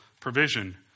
provision